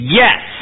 yes